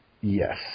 Yes